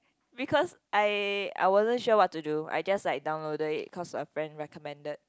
because I I wasn't sure what to it I just like downloaded it cause a friend recommended